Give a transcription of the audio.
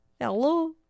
Hello